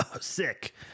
sick